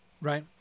right